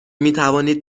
میتوانید